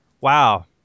Wow